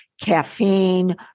caffeine